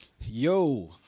Yo